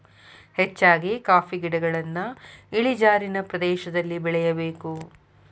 ಹೆಚ್ಚಾಗಿ ಕಾಫಿ ಗಿಡಗಳನ್ನಾ ಇಳಿಜಾರಿನ ಪ್ರದೇಶದಲ್ಲಿ ಬೆಳೆಯಬೇಕು